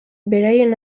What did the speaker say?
beraien